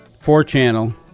four-channel